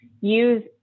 use